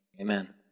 Amen